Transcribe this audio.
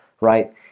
right